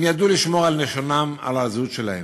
הם ידעו לשמור על לשונם, על הזהות שלהם.